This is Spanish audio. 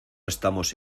estamos